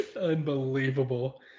Unbelievable